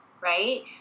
right